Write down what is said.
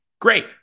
Great